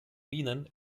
minen